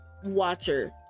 Watcher